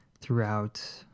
throughout